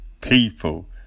people